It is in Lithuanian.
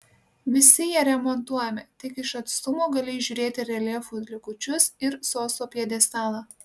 visi jie remontuojami tik iš atstumo gali įžiūrėti reljefų likučius ir sosto pjedestalą